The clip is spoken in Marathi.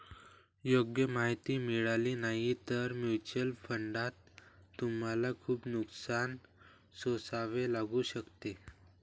योग्य माहिती मिळाली नाही तर म्युच्युअल फंडात तुम्हाला खूप नुकसान सोसावे लागू शकते